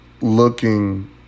looking